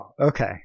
okay